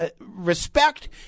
respect